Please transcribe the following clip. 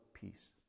peace